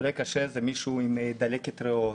חולה קשה זה מישהו עם דלקת ריאות.